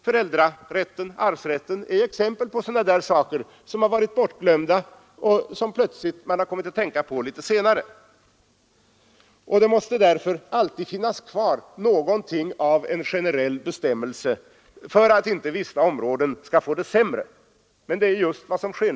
Föräldrarätten och arvsrätten är exempel på sådana saker som har varit bortglömda och som man plötsligt har kommit att tänka på litet senare. Det måste därför alltid finnas kvar någonting av generella bestämmelser för att inte vissa områden skall få det sämre, vilket är just vad som nu sker.